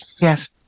Yes